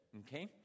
okay